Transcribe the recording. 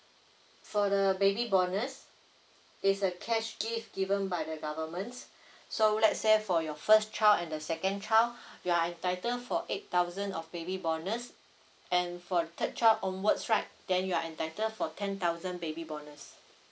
for the baby bonus is a cash gift given by the government so let's say for your first child and the second child you are entitled for eight thousand of baby bonus and for third child onwards right then you are entitled for ten thousand baby bonus